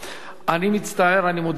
אני מצטער, אני מודיע לכם.